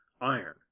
iron